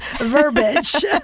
verbiage